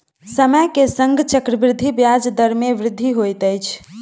समय के संग चक्रवृद्धि ब्याज दर मे वृद्धि होइत अछि